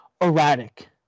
erratic